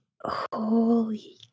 Holy